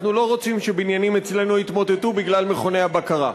אנחנו לא רוצים שבניינים אצלנו יתמוטטו בגלל מכוני הבקרה.